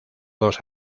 dos